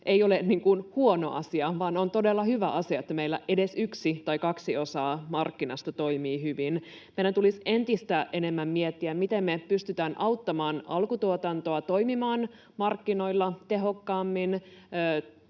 Ei ole huono asia, vaan on todella hyvä asia, että meillä edes yksi tai kaksi osaa markkinasta toimii hyvin. Meidän tulisi entistä enemmän miettiä, miten me pystytään auttamaan alkutuotantoa toimimaan markkinoilla tehokkaammin,